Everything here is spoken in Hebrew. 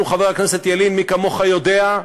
אנחנו, חבר הכנסת ילין, מי כמוך יודע,